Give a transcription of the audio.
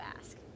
ask